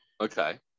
Okay